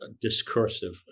discursive